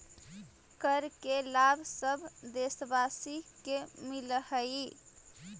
कर के लाभ सब देशवासी के मिलऽ हइ